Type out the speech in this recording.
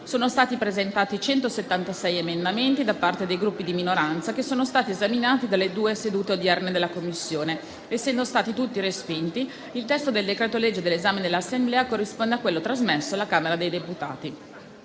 Sono stati presentati 176 emendamenti dai Gruppi di minoranza che sono stati esaminati in due sedute dalla Commissione. Essendo stati tutti respinti, il testo del decreto-legge all'esame dell'Assemblea corrisponde a quello trasmesso dalla Camera dei deputati.